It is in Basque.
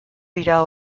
dira